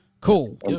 Cool